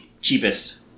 cheapest